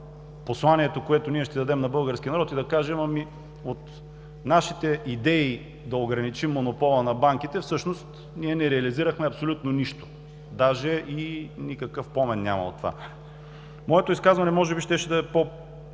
посланието, което ще дадем на българския народ и да кажем: „Ами от идеите ни да ограничим монопола на банките всъщност не реализирахме абсолютно нищо. Дори и никакъв помен няма от това.“ Моето изказване може би щеше да е по-точно,